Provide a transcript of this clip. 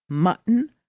mutton,